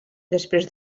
després